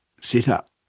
setup